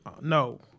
No